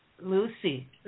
Lucy